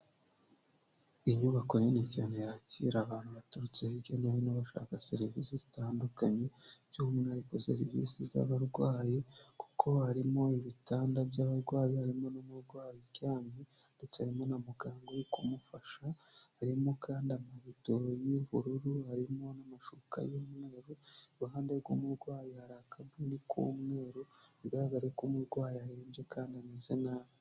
Inyubako nini cyane yakira abantu baturutse hirya no hino bashaka serivisi zitandukanye, by'umwihariko serivisi z'abarwayi kuko harimo ibitanda by'abarwayi, harimo n'uburwayi uryamye ndetse harimo na muganga uri kumufasha, harimo kandi amarido y'ubururu harimo n'amashuka y'umweru, iruhande rw'umurwayi hari akabuni k'umweru, bigaragare ko umurwayi arembye kandi ameze nabi.